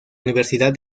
universidad